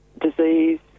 disease